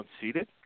unseated